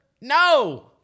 No